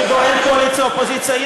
שבו אין קואליציה אופוזיציה.